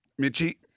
Mitchie